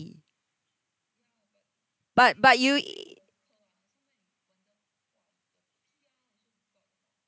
but but you